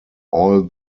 all